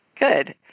good